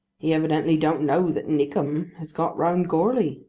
he evidently don't know that nickem has got round goarly,